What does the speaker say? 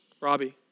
Robbie